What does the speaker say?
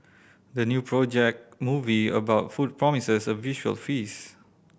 the new project movie about food promises a visual feast